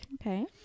okay